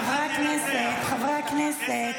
חברי הכנסת, חברי הכנסת.